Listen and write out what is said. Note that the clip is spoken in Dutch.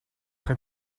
geen